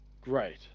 great